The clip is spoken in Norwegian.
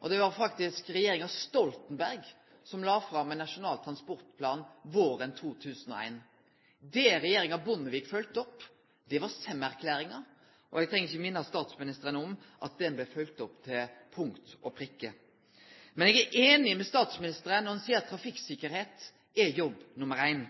og det var faktisk regjeringa Stoltenberg som la fram ein nasjonal transportplan våren 2001. Det regjeringa Bondevik følgde opp, var Sem-erklæringa, og eg treng ikkje minne statsministeren på at ho ble følgd opp til punkt og prikke. Eg er einig med statsministeren når han seier at trafikksikkerheit er jobb nummer ein.